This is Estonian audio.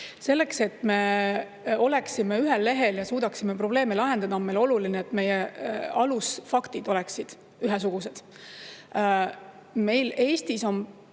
Selleks, et me oleksime ühel [arusaamal] ja suudaksime probleeme lahendada, on oluline, et meie alusfaktid oleksid ühesugused. Meil on Eestis